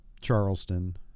Charleston